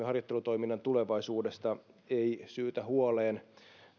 harjoittelutoiminnan tulevaisuudesta ei syytä huoleen